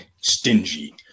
stingy